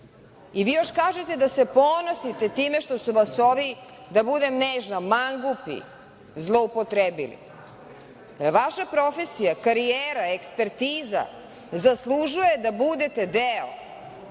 još kažete da se ponosite time što su vas ovi, da budem nežna, mangupi zloupotrebili. Da li vaša profesija, karijera, ekspertiza zaslužuje da budete deo